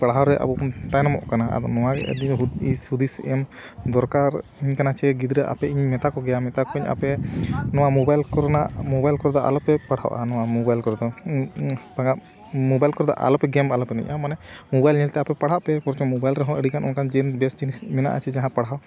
ᱯᱟᱲᱦᱟᱣ ᱨᱮ ᱟᱵᱚ ᱵᱚᱱ ᱛᱟᱭᱚᱢᱚᱜ ᱠᱟᱱᱟ ᱟᱫᱚ ᱱᱚᱣᱟ ᱜᱮ ᱟᱹᱞᱤᱧᱟᱜ ᱫᱤᱥ ᱦᱩᱫᱤᱥ ᱮᱢ ᱫᱚᱨᱠᱟᱨᱤᱧ ᱠᱟᱱᱟ ᱥᱮ ᱜᱤᱫᱽᱨᱟᱹ ᱟᱯᱮ ᱤᱧᱤᱧ ᱢᱮᱛᱟ ᱠᱚᱜᱮᱭᱟ ᱢᱮᱛᱟ ᱠᱚᱣᱟᱧ ᱟᱯᱮ ᱱᱚᱣᱟ ᱢᱳᱵᱟᱭᱤᱞ ᱠᱚᱨᱮᱱᱟᱜ ᱢᱳᱵᱟᱭᱤᱞ ᱠᱚᱨᱮ ᱫᱚ ᱟᱞᱚᱯᱮ ᱯᱟᱲᱦᱟᱜᱼᱟ ᱱᱚᱣᱟ ᱢᱳᱵᱟᱭᱤᱞ ᱠᱚᱨᱮ ᱫᱚ ᱵᱟᱝ ᱢᱳᱵᱟᱭᱤᱞ ᱠᱚᱨᱮ ᱫᱚ ᱟᱞᱚᱯᱮ ᱜᱮᱢ ᱟᱞᱚᱯᱮ ᱮᱱᱮᱡᱼᱟ ᱢᱟᱱᱮ ᱢᱳᱵᱟᱭᱤᱞ ᱧᱮᱞᱛᱮ ᱟᱯᱮ ᱯᱟᱲᱦᱟᱜ ᱯᱮ ᱵᱚᱨᱪᱚᱝ ᱢᱳᱵᱟᱭᱤᱞ ᱨᱮᱦᱚᱸ ᱟᱹᱰᱤ ᱜᱟᱱ ᱚᱱᱠᱟᱱ ᱡᱮᱱ ᱵᱮᱥ ᱡᱤᱱᱤᱥ ᱢᱮᱱᱟᱜᱼᱟ ᱥᱮ ᱡᱟᱦᱟᱸ ᱯᱟᱲᱦᱟᱣ